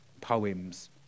poems